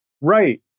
right